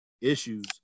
issues